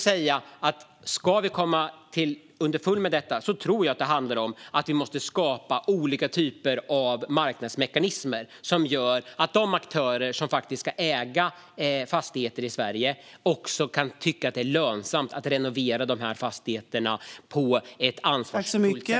Ska vi komma till rätta med detta måste vi nog skapa olika typer av marknadsmekanismer som gör att de aktörer som ska äga fastigheter i Sverige också tycker att det är lönsamt att renovera dessa fastigheter på ett ansvarsfullt sätt.